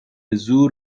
زور